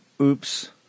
Oops